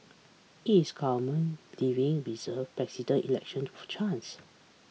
is government leaving 'reserved' Presidential Election to chance